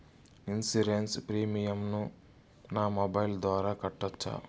Insurance premium ను నా mobile ద్వారా కట్టొచ్చా?